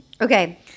Okay